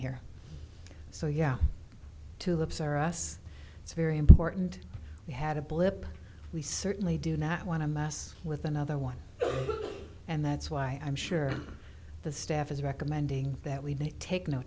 here so yeah tulips r us it's very important we had a blip we certainly do not want to mess with another one and that's why i'm sure the staff is recommending that we don't take no